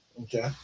Okay